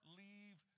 leave